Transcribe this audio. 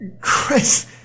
Chris